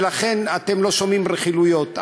ולכן אתם לא שומעים רכילויות,